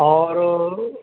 اور